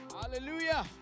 Hallelujah